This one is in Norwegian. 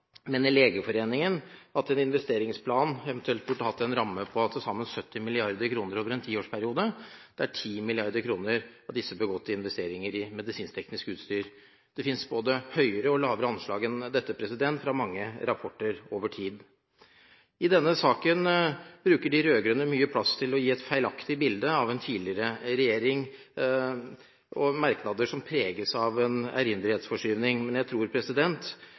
mener Legeforeningen at en investeringsplan eventuelt burde ha en ramme på til sammen 70 mrd. kr over en tiårsperiode, der 10 mrd. kr av disse burde gå til investering i medisinskteknisk utstyr. Det finnes både høyere og lavere anslag enn dette, i mange rapporter over tid. I denne saken bruker de rød-grønne mye plass på å gi et feilaktig bilde av en tidligere regjering, og har merknader som preges av erindringsforskyvning. Jeg tror